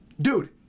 Dude